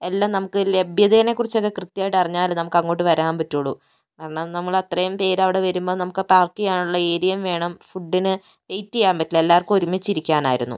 എല്ലാം നമുക്ക് ലഭ്യതേനെ കുറിച്ചൊക്കെ കൃത്യമായിട്ട് അറിഞ്ഞാലല്ലേ നമുക്ക് അങ്ങോട്ട് വരാൻ പറ്റുവുള്ളു കാരണം നമ്മളത്രയും പേര് അവിടെ വരുമ്പം നമുക്ക് പാർക്ക് ചെയ്യാനുള്ള ഏരിയയും വേണം ഫുഡിന് വെയ്റ്റ് ചെയ്യാൻ പറ്റില്ല എല്ലാവർക്കും ഒരുമിച്ചിരിക്കാനായിരുന്നു